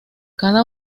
cada